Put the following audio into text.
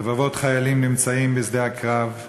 רבבות חיילים נמצאים בשדה הקרב,